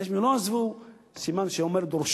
זה שהם לא עזבו זה אומר דורשני.